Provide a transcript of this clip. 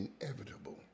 inevitable